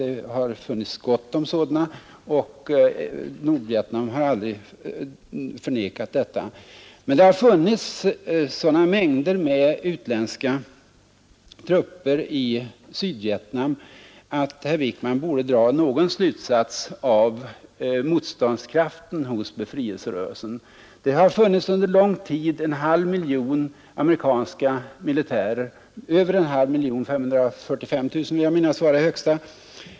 Det har funnits gott om sådana, vilket Nordvietnam aldrig förnekat. Det har emellertid funnits sådana mängder av utländska trupper i Sydvietnam, att herr Wijkman borde dra någon slutsats av motståndskraften hos befrielserörelsen. Under lång tid har det funnits över en halv miljon amerikanska militärer — jag vill minnas att siffran 545 000 var den högsta.